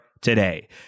today